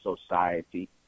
society